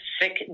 sick